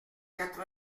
quatre